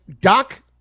Doc